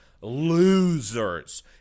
Losers